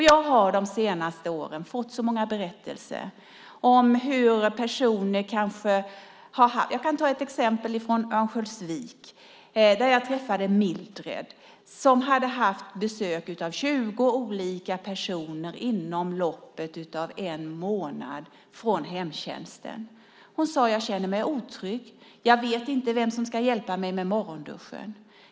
Jag har de senaste åren fått höra så många berättelser. Jag kan ta ett exempel från Örnsköldsvik. Jag träffade där Mildred. Hon hade haft besök av 20 olika personer från hemtjänsten inom loppet av en månad. Hon sade att hon känner sig otrygg, att hon inte vet vem som ska hjälpa henne med morgonduschen.